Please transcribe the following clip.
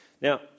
Now